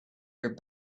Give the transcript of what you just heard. your